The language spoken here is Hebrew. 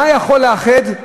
מה יכול לאחד?